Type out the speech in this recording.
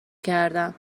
کردم